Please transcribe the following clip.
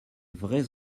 vrais